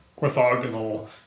orthogonal